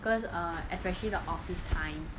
cause err especially the office time